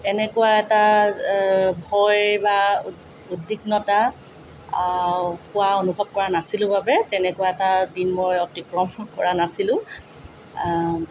এনেকুৱা এটা ভয় বা উ উদিগ্নতা হোৱা অনুভৱ কৰা নাছিলোঁ বাবে তেনেকুৱা এটা দিন মই অতিক্ৰম কৰা নাছিলোঁ